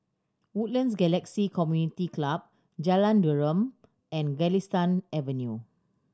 Woodlands Galaxy Community Club Jalan Derum and Galistan Avenue